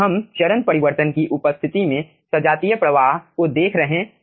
हम चरण परिवर्तन की उपस्थिति में सजातीय प्रवाह को देख रहे हैं